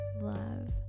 love